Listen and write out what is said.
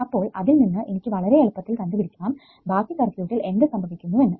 അപ്പോൾ അതിൽ നിന്ന് എനിക്ക് വളരെ എളുപ്പത്തിൽ കണ്ടുപിടിക്കാം ബാക്കി സർക്യൂട്ടിൽ എന്ത് സംഭവിക്കുന്നു എന്ന്